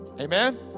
Amen